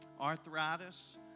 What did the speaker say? Arthritis